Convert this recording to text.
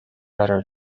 other